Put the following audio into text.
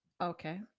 Okay